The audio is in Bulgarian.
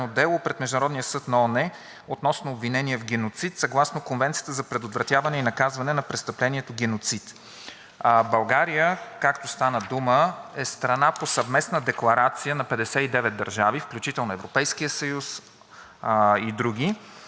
България, както стана дума, е страна по съвместна декларация на 59 държави, включително Европейския съюз и други, според която декларация ще встъпи в това дело. Трябва да посочим, че встъпването не означава, че България става страна